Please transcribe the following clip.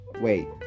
Wait